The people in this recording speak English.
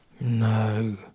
No